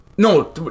No